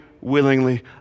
willingly